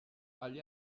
agli